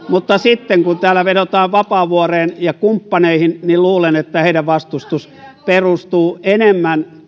mutta sitten kun täällä vedotaan vapaavuoreen ja kumppaneihin niin luulen että heidän vastustuksensa perustuu enemmän